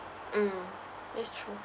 mm that's true